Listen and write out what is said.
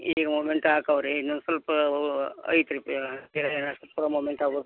ಈಗ ಮೋಮೆಂಟ್ ಹಾಕವ್ರೆ ಇನ್ನೊಂದ್ ಸ್ವಲ್ಪ ಐತ್ರಿ ಪೆ ಬೇರೆ ಏನಾರೂ ಸ್ವಲ್ಪ ಮೊಮೆಂಟ್ ಆಬೇಕ್